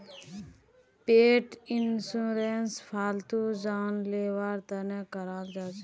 पेट insurance फालतू जानवरेर तने कराल जाछेक